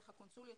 דרך הקונסוליות,